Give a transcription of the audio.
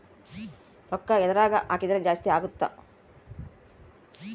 ರೂಕ್ಕ ಎದ್ರಗನ ಹಾಕಿದ್ರ ಜಾಸ್ತಿ ಅಗುತ್ತ